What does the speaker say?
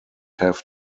have